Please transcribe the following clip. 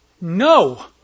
No